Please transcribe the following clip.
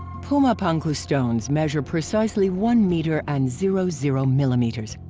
puma punku stones measure precisely one meter and zero zero millimeters.